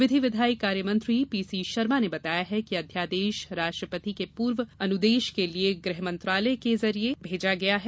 विधि विघायी कार्य मंत्री पीसी शर्मा ने बताया है कि अध्यादेश राष्ट्रपति के पूर्व अनुदेश के लिये गृह मंत्रालय के जरिए भेजा गया है